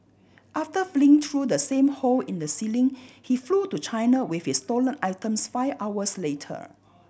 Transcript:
after fleeing through the same hole in the ceiling he flew to China with his stolen items five hours later